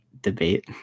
debate